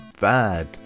bad